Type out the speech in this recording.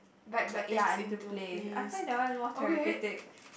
wait ya I'm to Play I find that one more therapeutic